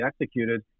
executed